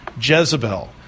Jezebel